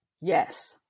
Yes